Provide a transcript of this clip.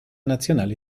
nazionale